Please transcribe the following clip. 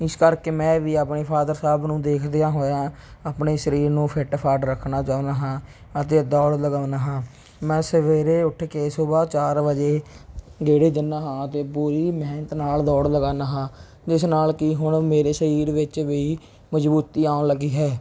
ਇਸ ਕਰਕੇ ਮੈਂ ਵੀ ਆਪਣੇ ਫਾਦਰ ਸਾਹਿਬ ਨੂੰ ਦੇਖਦਿਆਂ ਹੋਇਆਂ ਆਪਣੇ ਸਰੀਰ ਨੂੰ ਫਿੱਟ ਫਾਟ ਰੱਖਣਾ ਚਾਹੁੰਦਾ ਹਾਂ ਅਤੇ ਦੌੜ ਲਗਾਉਂਦਾ ਹਾਂ ਮੈਂ ਸਵੇਰੇ ਉੱਠ ਕੇ ਸੁਬਹਾ ਚਾਰ ਵਜੇ ਗੇੜੇ ਦਿੰਦਾ ਹਾਂ ਅਤੇ ਪੂਰੀ ਮਿਹਨਤ ਨਾਲ ਦੌੜ ਲਗਾਉਂਦਾ ਹਾਂ ਜਿਸ ਨਾਲ ਕਿ ਹੁਣ ਮੇਰੇ ਸਰੀਰ ਵਿੱਚ ਵੀ ਮਜ਼ਬੂਤੀ ਆਉਣ ਲੱਗੀ ਹੈ